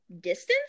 distance